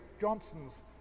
Johnson's